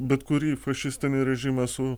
bet kurį fašistinį režimą su